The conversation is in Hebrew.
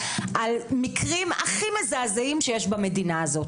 על המקרים הכי מזעזעים שיש במדינה הזאת.